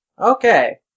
Okay